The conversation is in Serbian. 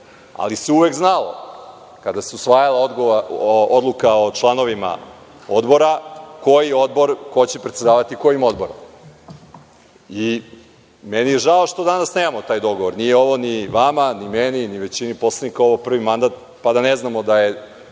ali se uvek znalo kada se usvajala odluka o članovima odbora, ko će predsedavati kojim odborom. Meni je žao što danas nemamo taj dogovor. Nije ovo ni vama, ni meni, ni većini poslanika prvi mandat pa da ne znamo da je